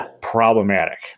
problematic